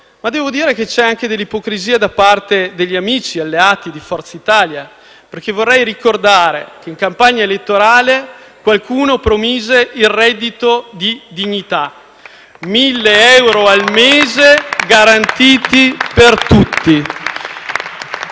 reddito di inclusione. C'è dell'ipocrisia anche da parte degli amici alleati di Forza Italia, perché vorrei ricordare che in campagna elettorale qualcuno promise il reddito di dignità: 1.000 euro al mese garantiti per tutti.